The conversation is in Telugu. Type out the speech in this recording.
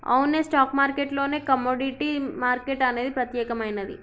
అవునే స్టాక్ మార్కెట్ లోనే కమోడిటీ మార్కెట్ అనేది ప్రత్యేకమైనది